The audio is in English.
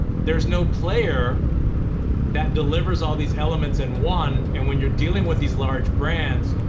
there's no player that delivers all these elements in one, and when you're dealing with these large brands,